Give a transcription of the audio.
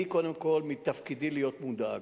אני, קודם כול, מתפקידי להיות מודאג,